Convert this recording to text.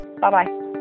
Bye-bye